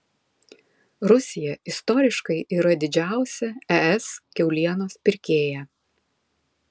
rusija istoriškai yra didžiausia es kiaulienos pirkėja